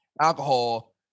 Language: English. alcohol